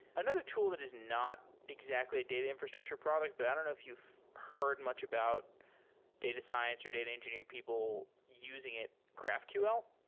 another tool that is not exactly a data infrastructure product, but i don't know if you've heard much about data science of data engineering people using it, graphql?